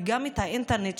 וגם האינטרנט,